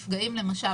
למשל,